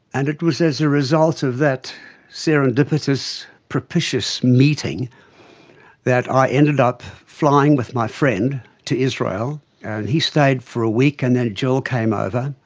and it was as a result of that serendipitous propitious meeting that i ended up flying with my friend to israel and he stayed for a week, and then jill came over.